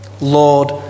Lord